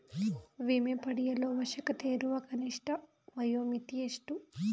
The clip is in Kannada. ವಿಮೆ ಪಡೆಯಲು ಅವಶ್ಯಕತೆಯಿರುವ ಕನಿಷ್ಠ ವಯೋಮಿತಿ ಎಷ್ಟು?